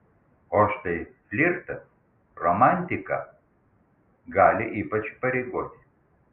o štai flirtas romantika gali ypač įpareigoti